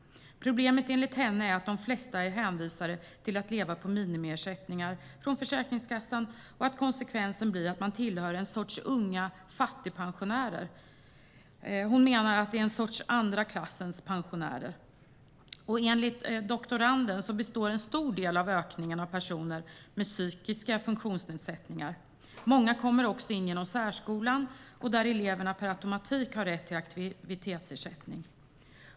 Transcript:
Problemet enligt henne är att de flesta är hänvisade till att leva på minimiersättningar från Försäkringskassan och att konsekvensen blir att man tillhör en sorts unga fattigpensionärer. Hon menar att det är ett slags andra klassens pensionärer. Enligt doktoranden består en stor del av ökningen av personer med psykiska funktionsnedsättningar. Många kommer också in genom särskolan, där eleverna per automatik har rätt till aktivitetsersättning.